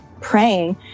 Praying